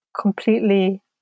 completely